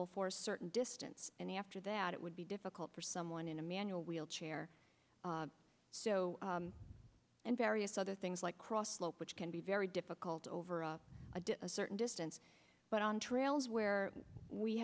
for certain distance and after that it would be difficult for someone in a manual wheelchair so and various other things like cross slope which can be very difficult over a certain distance but on trails where we